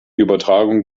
übertragung